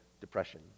depression